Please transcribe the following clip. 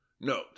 Note